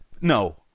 no